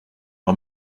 par